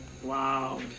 Wow